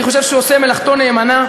אני חושב שהוא עושה מלאכתו נאמנה,